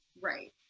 Right